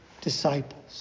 disciples